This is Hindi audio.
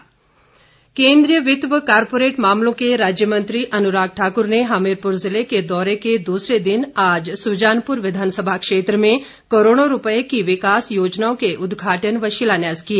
अनुराग केन्द्रीय वित्त व कॉरपोरेट मामलों के राज्य मंत्री अनुराग ठाकुर ने हमीरपुर जिले के दौरे के दूसरे दिन आज सुजानपुर विधानसभा क्षेत्र में करोड़ों रूपए की विकास योजनाओं के उदघाटन व शिलान्यास किए